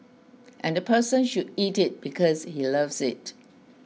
and the person should eat it because he loves it